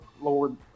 Lord